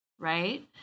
Right